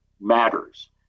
matters